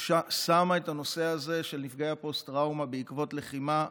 ששמה על סדר-היום את הנושא הזה של נפגעי הפוסט-טראומה בעקבות לחימה.